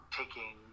taking